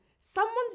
someone's